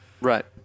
right